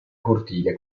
cortile